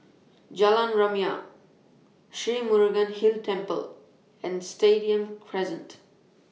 Jalan Rumia Sri Murugan Hill Temple and Stadium Crescent